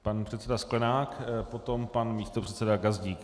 Pan předseda Sklenák, potom pan místopředseda Gazdík.